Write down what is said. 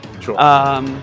Sure